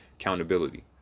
accountability